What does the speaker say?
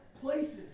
places